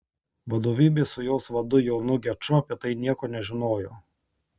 vadovybė su jos vadu jonu geču apie tai nieko nežinojo